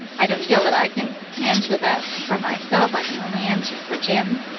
i don't feel that i can answer that for myself i can only answer for jim,